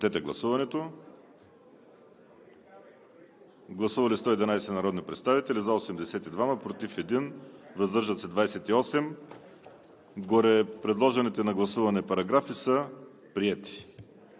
§ 18 по вносител. Гласували 111 народни представители: за 82, против 1, въздържали се 28. Гореподложените на гласуване параграфи са приети.